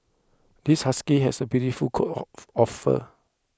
this husky has a beautiful coat of of fur